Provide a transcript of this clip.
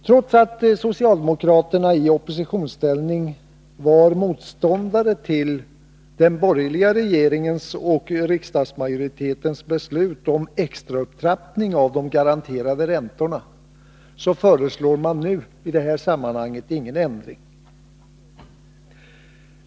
Trots att socialdemokraterna i oppositionsställning var motståndare till den borgerligare regeringens och riksdagsmajoritetens beslut om extraupptrappningar av de garanterade räntorna, föreslår man nu ingen ändring.